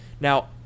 Now